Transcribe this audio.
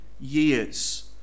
years